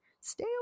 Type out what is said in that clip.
Stay